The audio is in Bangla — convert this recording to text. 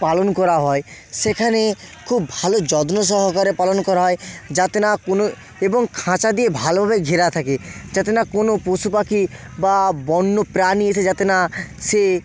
পালন করা হয় সেখানে খুব ভালো যত্ন সহকারে পালন করা হয় যাতে না কোনো এবং খাঁচা দিয়ে ভালোভাবে ঘেরা থাকে যাতে না কোনো পশুপাখি বা বন্য প্রাণী এসে যাতে না সে